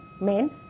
men